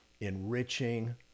enriching